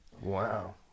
Wow